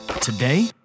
Today